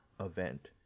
event